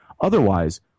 Otherwise